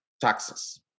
taxes